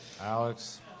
Alex